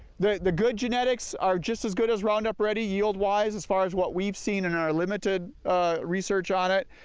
the the good genetics are just as good as round up ready yield wise as far as what we've seen in our limited research on it.